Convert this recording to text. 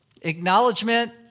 acknowledgement